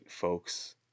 folks